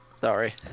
Sorry